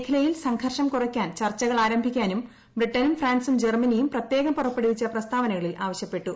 മേഖലയിൽ സംഘർഷം കുറയ്ക്കാൻ ചർച്ചുകൾ ആരംഭിക്കാനും ബ്രിട്ടനും ഫ്രാൻസും ജർമ്മനിയും പ്രത്യേക്കം ്പുറപ്പെടുവിച്ച പ്രസ്താവനകളിൽ ആവശ്യപ്പെട്ടു